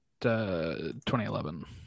2011